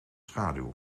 schaduw